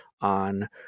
on